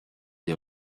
des